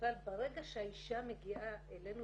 בכלל ברגע שאישה מגיעה אלינו